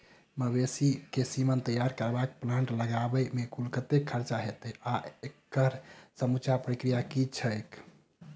मवेसी केँ सीमन तैयार करबाक प्लांट लगाबै मे कुल कतेक खर्चा हएत आ एकड़ समूचा प्रक्रिया की छैक?